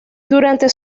durante